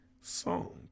song